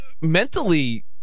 mentally